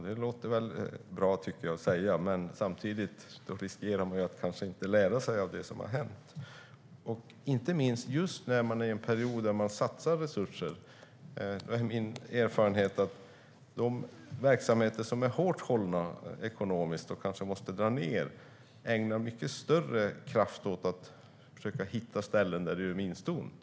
Det låter väl bra att säga, men samtidigt riskerar man ju att kanske inte lära sig av det som har hänt. Inte minst i en period när man satsar resurser är min erfarenhet att de verksamheter som är hårt hållna ekonomiskt och kanske måste dra ned ägnar mycket större kraft åt att försöka hitta ställen där det gör minst ont.